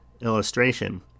illustration